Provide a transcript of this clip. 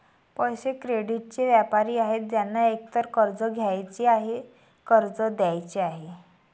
पैसे, क्रेडिटचे व्यापारी आहेत ज्यांना एकतर कर्ज घ्यायचे आहे, कर्ज द्यायचे आहे